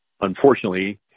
Unfortunately